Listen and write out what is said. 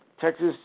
Texas